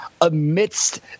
amidst